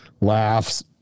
laughs